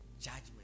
judgment